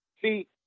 See